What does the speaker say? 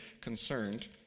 concerned